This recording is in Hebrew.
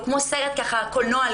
כמו סרט וידיאו,